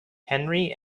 henry